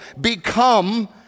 become